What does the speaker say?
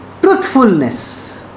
truthfulness